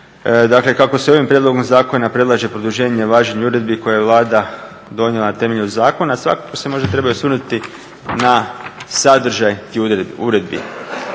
Dakle, kako se ovim prijedlogom zakona predlaže produženje važenje uredbi koje je Vlada donijela na temelju zakona svakako se možda treba i osvrnuti na sadržaj tih uredbi.